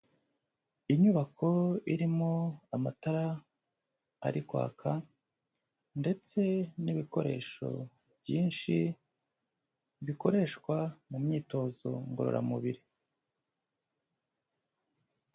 Inyubako irimo amatara ari kwaka ndetse n'ibikoresho byinshi bikoreshwa mu myitozo ngororamubiri.